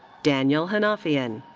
danial hanafian.